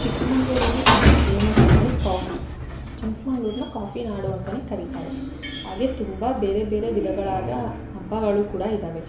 ಚಿಕ್ಕಮಗ್ಳೂರಲ್ಲಿ ತುಂಬ ಫೇಮಸ್ ಅಂದರೆ ಕಾಫಿ ಚಿಕ್ಮಗ್ಳೂರ್ನ ಕಾಫಿ ನಾಡು ಅಂತಾ ಕರಿತಾರೆ ಹಾಗೆ ತುಂಬ ಬೇರೆ ಬೇರೆ ವಿಧಗಳಾಗಿ ಹಬ್ಬಗಳು ಕೂಡ ಇದಾವೆ